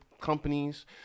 companies